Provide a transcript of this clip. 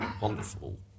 wonderful